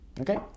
Okay